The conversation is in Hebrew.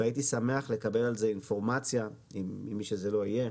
והייתי שמח לקבל על זה אינפורמציה ממי שצריך,